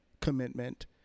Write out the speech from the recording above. commitment